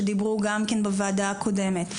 שדיברו גם כן בוועדה הקודמת.